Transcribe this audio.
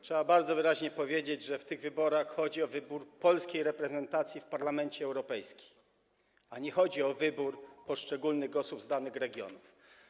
Trzeba bardzo wyraźnie powiedzieć, że w tych wyborach chodzi o wybór polskiej reprezentacji w Parlamencie Europejskim, a nie o wybór poszczególnych osób z danych regionów.